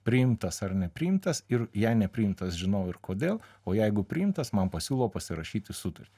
priimtas ar nepriimtas ir jei nepriimtas žinau ir kodėl o jeigu priimtas man pasiūlo pasirašyti sutartį